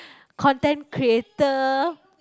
content creator